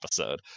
episode